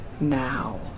now